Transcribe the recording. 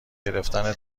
گرفتن